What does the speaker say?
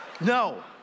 no